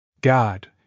God